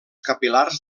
capil·lars